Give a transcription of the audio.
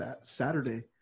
Saturday